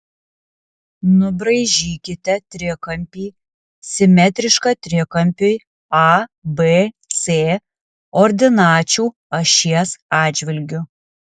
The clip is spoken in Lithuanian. nubraižykite trikampį simetrišką trikampiui abc ordinačių ašies atžvilgiu